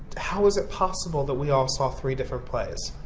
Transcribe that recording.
how is it possible that we all saw three different plays?